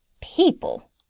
People